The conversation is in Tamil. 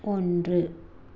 ஒன்று